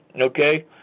Okay